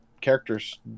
characters